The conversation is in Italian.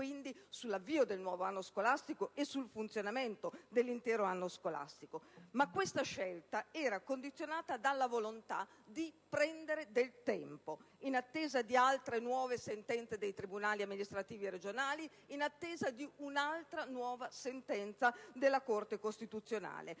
quindi, sull'avvio del nuovo anno scolastico e sul funzionamento dell'intero anno scolastico. Questa scelta, però, era condizionata dalla volontà di prendere del tempo, in attesa di altre e nuove sentenze dei tribunali amministrativi regionali, in attesa di un'altra nuova sentenza della Corte costituzionale,